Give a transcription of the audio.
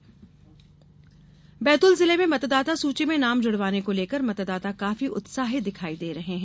मतदाता सूची नाम बैतूल जिले में मतदाता सूची में नाम जुड़वाने को लेकर मतदाता काफी उत्साहित दिखाई दे रहे हैं